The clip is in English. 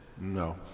no